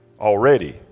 already